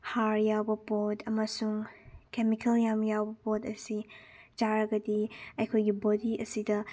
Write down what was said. ꯍꯥꯔ ꯌꯥꯎꯕ ꯄꯣꯠ ꯑꯃꯁꯨꯡ ꯀꯦꯃꯤꯀꯦꯜ ꯌꯥꯝꯅ ꯌꯥꯎꯕ ꯄꯣꯠ ꯑꯁꯤ ꯆꯥꯔꯒꯗꯤ ꯑꯩꯈꯣꯏꯒꯤ ꯕꯣꯗꯤ ꯑꯁꯤꯗ